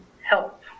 help